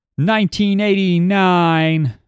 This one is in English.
1989